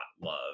love